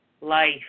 life